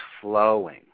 flowing